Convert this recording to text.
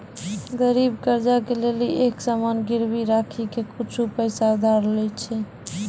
गरीब कर्जा ले लेली एक सामान गिरबी राखी के कुछु पैसा उधार लै छै